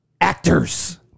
actors